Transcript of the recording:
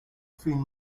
seen